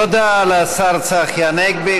תודה לשר צחי הנגבי.